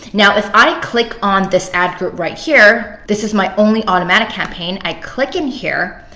now, if i click on this ad group right here. this is my only automatic campaign. i click in here.